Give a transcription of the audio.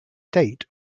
date